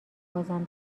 بازم